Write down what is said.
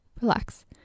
Relax